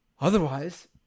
Otherwise